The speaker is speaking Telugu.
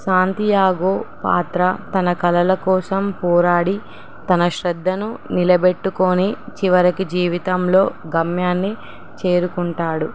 శాంతి యాగో పాత్ర తన కలల కోసం పోరాడి తన శ్రద్ధను నిలబెట్టుకొని చివరికి జీవితంలో గమ్యాన్ని చేరుకుంటాడు